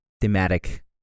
thematic